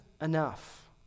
enough